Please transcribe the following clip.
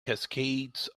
cascades